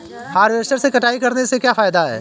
Harvester से कटाई करने से क्या फायदा है?